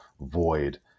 void